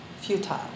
futile